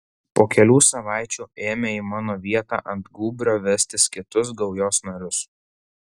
po kelių savaičių ėmė į mano vietą ant gūbrio vestis kitus gaujos narius